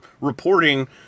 reporting